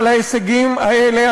אבל ההישגים האלה,